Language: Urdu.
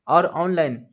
اور آن لائن